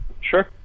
Sure